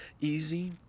easy